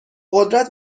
قدرت